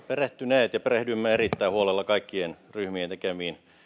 perehtyneet ja perehdymme erittäin huolella kaikkien ryhmien tekemiin